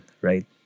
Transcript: right